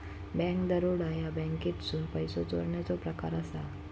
bank दरोडा ह्या बँकेतसून पैसो चोरण्याचो प्रकार असा